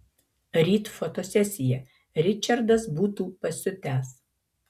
ryt fotosesija ričardas būtų pasiutęs